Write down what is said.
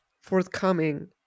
forthcoming